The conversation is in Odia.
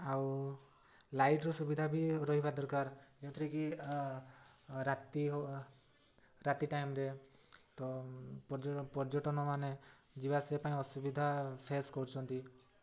ଆଉ ଲାଇଟ୍ର ସୁବିଧା ବି ରହିବା ଦରକାର ଯେଉଁଥିରେ କି ରାତି ହାତ ଟାଇମ୍ରେ ତ ପର୍ଯ୍ୟଟନ ମାନେ ଯିବାଆସିବା ପାଇଁ ଅସୁବିଧା ଫେସ୍ କରୁଛନ୍ତି